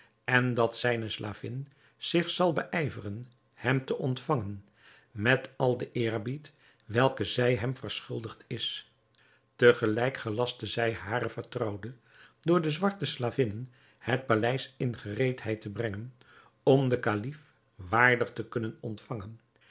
en dat zijne slavin zich zal beijveren hem te ontvangen met al den eerbied welken zij hem verschuldigd is te gelijk gelastte zij hare vertrouwde door de zwarte slavinnen het paleis in gereedheid te brengen om den kalif waardig te kunnen ontvangen